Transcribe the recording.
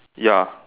ya